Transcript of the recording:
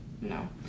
no